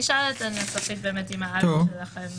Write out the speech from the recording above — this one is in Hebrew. אפשר להתייעץ עם הנסחית איך בדיוק,